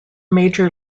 major